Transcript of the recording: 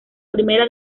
primera